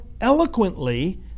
eloquently